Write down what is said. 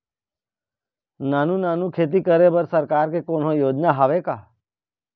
नानू नानू खेती करे बर सरकार के कोन्हो योजना हावे का?